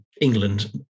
England